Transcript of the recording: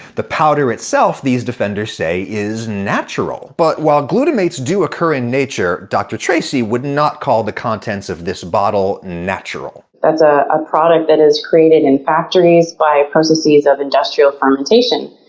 the powder itself, these defenders say, is natural. but while glutamates do occur in nature, dr. tracy would not call the contents of this bottle natural. that's a ah product that is created in factories by processes of industrial fermentation.